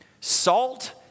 Salt